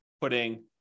putting